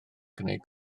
gwneud